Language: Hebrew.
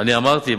אני אמרתי,